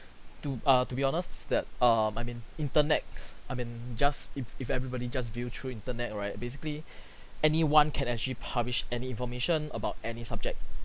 to err to be honest that err I mean internet I mean just if if everybody just view through internet right basically anyone can actually publish any information about any subject